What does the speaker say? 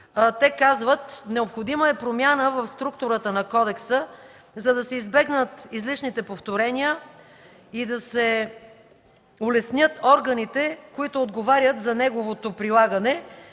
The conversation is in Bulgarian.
Те казват: „Необходима е промяна в структурата на кодекса, за да се избегнат излишните повторения и да се улеснят органите, които отговарят за неговото прилагане,